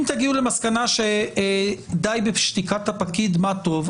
אם תגיעו למסקנה שדי בשתיקת הפקיד מה טוב.